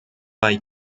bei